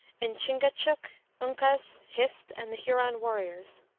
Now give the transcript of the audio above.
in chingachgook, uncas, hist, and the huron warriors.